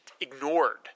ignored